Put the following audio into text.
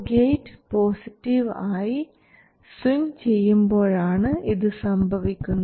gate positive ആയി swing ചെയ്യുമ്പോഴാണ് ഇത് സംഭവിക്കുന്നത്